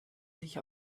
sich